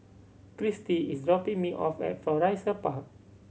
Kristie is dropping me off at Florissa Park